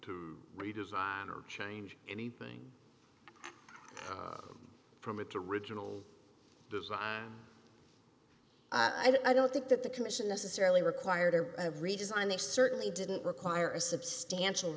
to redesign or change anything from it to regional design i don't think that the commission necessarily required a redesign they certainly didn't require a substantial